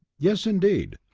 yes, indeed,